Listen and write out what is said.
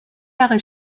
jahre